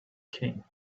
king